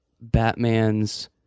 Batman's